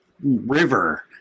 river